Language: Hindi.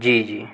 जी जी